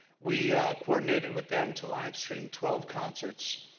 we coordinated with them to livestream twelve concerts.